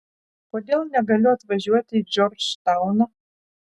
kodėl negaliu atvažiuoti į džordžtauną